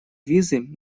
визы